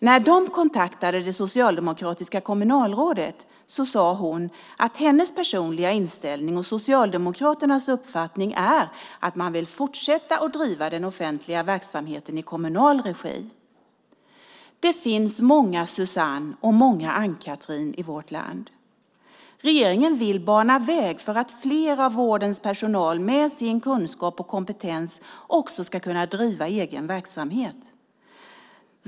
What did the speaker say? När de kontaktade det socialdemokratiska kommunalrådet sade hon att hennes personliga inställning och Socialdemokraternas uppfattning är att man vill fortsätta att driva den offentliga verksamheten i kommunal regi. Det finns många Susanne och många Ann-Chatrine i vårt land. Regeringen vill bana väg för att mer vårdpersonal med sin kunskap och kompetens också ska kunna driva egen verksamhet.